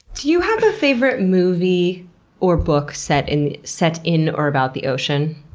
do you have a favorite movie or book set in set in or about the ocean?